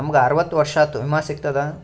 ನಮ್ ಗ ಅರವತ್ತ ವರ್ಷಾತು ವಿಮಾ ಸಿಗ್ತದಾ?